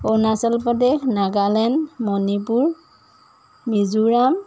Arunachal Pradesh Nagaland Manipur Mizoram